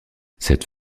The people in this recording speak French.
cette